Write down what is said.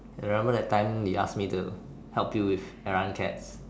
remember that time he ask me to help you with errand cats